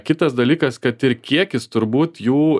kitas dalykas kad ir kiekis turbūt jų